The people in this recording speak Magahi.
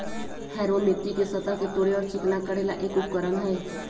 हैरो मिट्टी के सतह के तोड़े और चिकना करे ला एक उपकरण हई